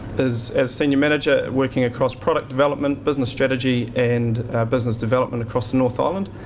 as as senior manager, working across product development, business strategy, and business development across the north island.